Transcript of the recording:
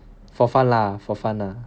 for fun lah for fun lah